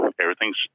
everything's